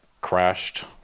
crashed